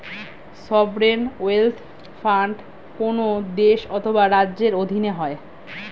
sovereign wealth fund কোন দেশ অথবা রাজ্যের অধীনে হয়